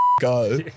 go